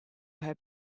her